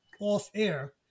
off-air